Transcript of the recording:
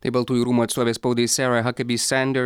tai baltųjų rūmų atstovė spaudai sera hakabi sander